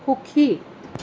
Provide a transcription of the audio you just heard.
সুখী